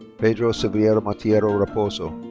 pedro silveira monteiro raposo.